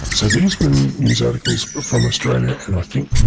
so these were news articles from australia and i think